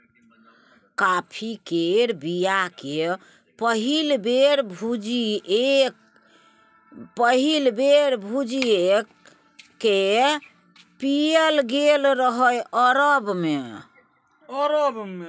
coffee केर बीया केँ पहिल बेर भुजि कए पीएल गेल रहय अरब मे